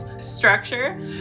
structure